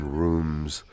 rooms